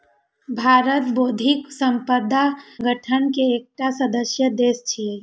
भारत बौद्धिक संपदा संगठन के एकटा सदस्य देश छियै